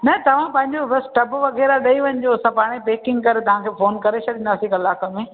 न तव्हां पहिंजो बसि टब वग़ैरह ॾई वञजो असां पाण ई पैकिंग करे तव्हांखे फोन करे छॾींदासी कलाक में